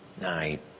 night